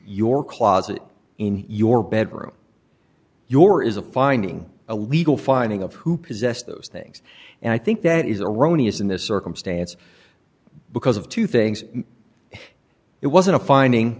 your closet in your bedroom your is a finding a legal finding of who possessed those things and i think that is erroneous in this circumstance because of two things it wasn't a finding